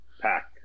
Pack